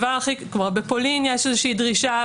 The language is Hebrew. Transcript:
בפולין יש איזושהי דרישה,